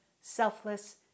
selfless